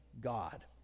God